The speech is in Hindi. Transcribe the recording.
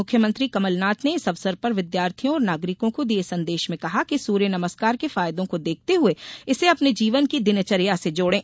मुख्यमंत्री कमलनाथ ने इस अवसर पर विद्यार्थियों और नागरिकों को दिये संदेश में कहा कि सूर्य नमस्कार के फायदों को देखते हुए इसे अपने जीवन की दिनचर्या से जोड़ें